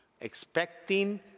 expecting